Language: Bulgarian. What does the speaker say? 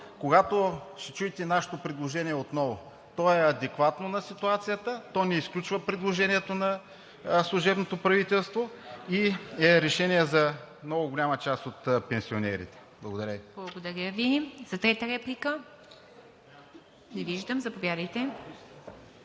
когато ще чуете нашето предложение отново. То е адекватно на ситуацията, то не изключва предложението на служебното правителство и е решение за много голяма част от пенсионерите. Благодаря Ви. ПРЕДСЕДАТЕЛ ИВА МИТЕВА: Благодаря